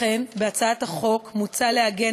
לכן בהצעת החוק מוצע לעגן